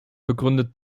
begründet